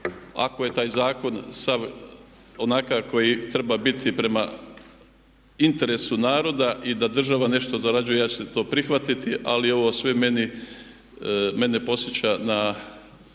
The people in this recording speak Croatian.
ako je taj zakon sav onakav koji treba biti prema interesu naroda i da država nešto dorađuje, ja ću to prihvatiti ali ovo sve meni, mene podsjeća na